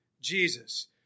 Jesus